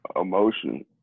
Emotion